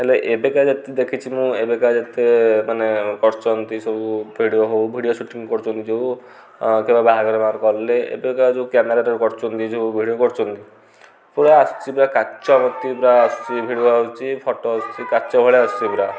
ହେଲେ ଏବେକା ଯେତେ ଦେଖିଛି ମୁଁ ଏବେକା ଯେତେ ମାନେ କରିଚନ୍ତି ସବୁ ଭିଡ଼ିଓ ହେଉ ଭିଡ଼ିଓ ସୁଟିଂ କରୁଛନ୍ତି ଯେଉଁ କେବେ ବାହାଘରମହାଘର କଲେ ଏବେକା ଯେଉଁ କ୍ୟାମେରାରେ କରୁଛନ୍ତି ଯେଉଁ ଭିଡ଼ିଓ କରୁଛନ୍ତି ପୁରା ଆସୁଛି ପୁରା କାଚ ପୁରା ଆସୁଛି ଭିଡ଼ିଓ ଆସୁଛି ଫଟୋ ଆସୁଛି କାଚ ଭଳିଆ ଆସୁଛି ପୁରା